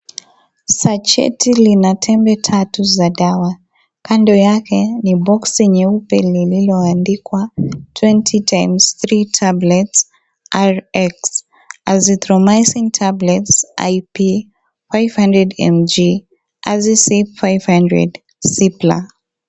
Sacheti lina tembe tatu za dawa kando yake ni boci nyeupe lililoandikwa 20×3 tablets rx (cs)azithromycin tablets ip 500mg azicin 500cipla (cs).